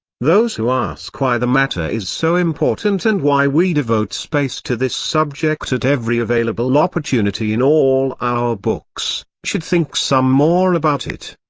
those who ask why the matter is so important and why we devote space to this subject at every available opportunity in all our books, should think some more about it.